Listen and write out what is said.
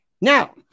Now